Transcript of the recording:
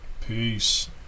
Peace